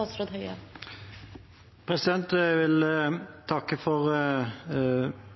Jeg vil takke for